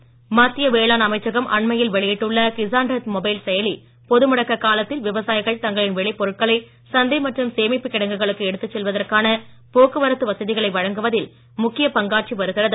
கிசான் ரத் மத்திய வேளாண் அமைச்சகம் அண்மையில் வெளியிட்டுள்ள கிசான் ரத் மொபைல் செயலி பொது முடக்க காலத்தில் விவசாயிகள் தங்களின் விளை பொருட்களை சந்தை மற்றும் சேமிப்பு கிடங்குகளுக்கு எடுத்துச் செல்வதற்கான போக்குவரத்து வசதிகளை வழங்குவதில் முக்கிய பங்காற்றி வருகிறது